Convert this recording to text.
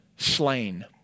slain